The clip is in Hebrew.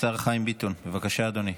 השר חיים ביטון, בבקשה, אדוני.